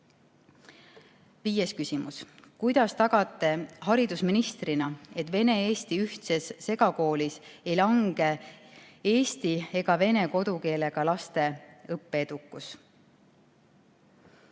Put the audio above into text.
Viies küsimus: "Kuidas tagate haridusministrina, et vene-eesti ühtses segakoolis ei lange ei eesti ega vene kodukeelega laste õppeedukus?"